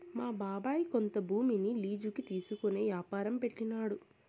మా బాబాయ్ కొంత భూమిని లీజుకి తీసుకునే యాపారం పెట్టినాడు